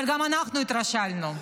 אבל גם אנחנו התרשלנו.